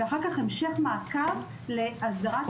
ואחר כך המשך מעקב להסדרה.